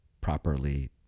properly